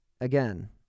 again